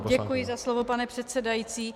Děkuji za slovo, pane předsedající.